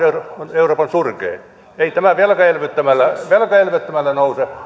on euroopan surkein ei tämä velkaelvyttämällä velkaelvyttämällä nouse